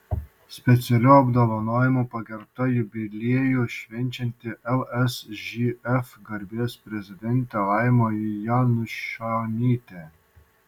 specialiu apdovanojimu pagerbta jubiliejų švenčianti lsžf garbės prezidentė laima janušonytė